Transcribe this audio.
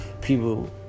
people